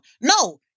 No